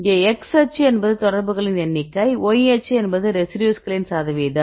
இங்கே x அச்சு என்பது தொடர்புகளின் எண்ணிக்கை y அச்சு என்பது ரெசிடியூஸ்களின் சதவீதம்